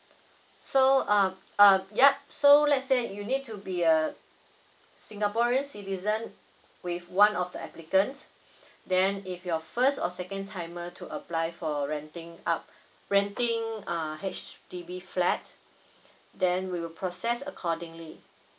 so err err yup so let's say you need to be a singaporean citizen with one of the applicants then if you're first or second timer to apply for renting up renting err H_D_B flat then we will process accordingly